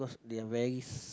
they are very s~